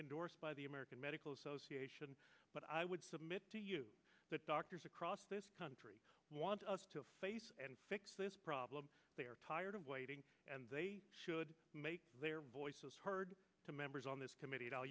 endorsed by the american medical association but i would submit to you that doctors across this country want us to fix this problem they are tired of waiting and they should make their voices heard to members on this committe